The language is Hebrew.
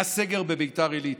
היה סגר בביתר עילית.